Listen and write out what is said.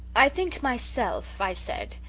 i think myself i said,